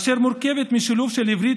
אשר מורכבת משילוב של עברית,